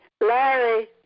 Larry